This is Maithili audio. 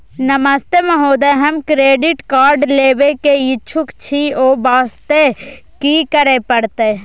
नमस्ते महोदय, हम क्रेडिट कार्ड लेबे के इच्छुक छि ओ वास्ते की करै परतै?